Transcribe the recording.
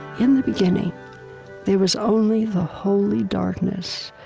in the beginning there was only the holy darkness,